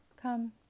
Come